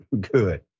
Good